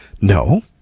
No